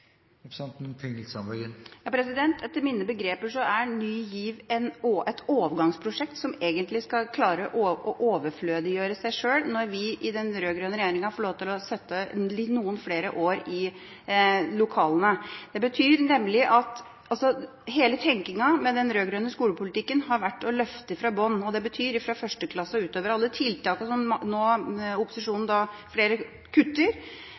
representanten Tingelstad Wøien nå villig til å revurdere tidspunktet for når man skal sette inn Ny GIV-tiltak i ungdomsskolen? Etter mine begreper er Ny GIV et overgangsprosjekt som egentlig skal klare å overflødiggjøre seg sjøl når vi i den rød-grønne regjeringa får lov til å sitte noen flere år i lokalene. Hele tenkninga med den rød-grønne skolepolitikken har vært å løfte fra bunnen, og det betyr fra 1. klasse og oppover. Alle tiltakene som opposisjonen nå kutter,